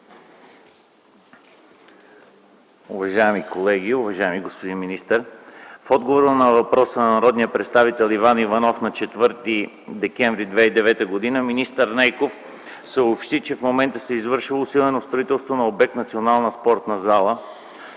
Уважаеми колеги, уважаеми господин министър! В отговора на въпроса на народния представител Иван Иванов на 4.12.2009 г. министър Нейков съобщи, че в момента се извършва усилено строителство на обект „Национална спортна зала”,